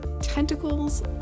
tentacles